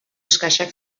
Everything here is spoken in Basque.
exkaxak